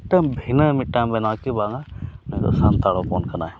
ᱢᱤᱫᱴᱟᱝ ᱵᱷᱤᱱᱟᱹ ᱢᱤᱫᱴᱟᱝ ᱵᱮᱱᱟᱣᱟ ᱠᱤ ᱵᱟᱝᱟ ᱥᱟᱱᱛᱟᱲ ᱦᱚᱯᱚᱱ ᱠᱟᱱᱟᱭ